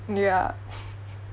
ya